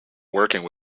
working